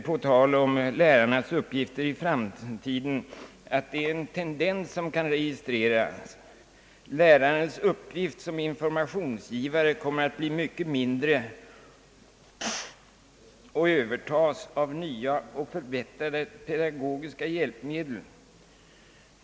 På tal om lärarnas uppgifter i framtiden säger departementschefen att en tendens kan registreras, nämligen att »Lärarens uppgift som informationsgivare kommer att bli mycket mindre och övertas av nya och förbättrade pedagogiska hjälpmedel».